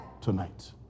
tonight